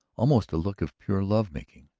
almost a look of pure love-making.